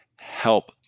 help